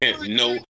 No